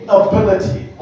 ability